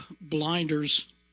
blinders